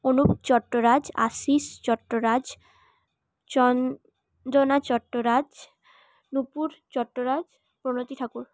Anup Chattaraj Ashish Chattaraj Chandana Chattaraj Nupur Chattaraj Pranati Thakur